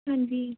ਹਾਂਜੀ